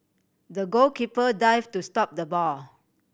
the goalkeeper dive to stop the ball